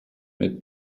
mit